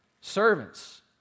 Servants